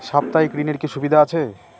সাপ্তাহিক ঋণের কি সুবিধা আছে?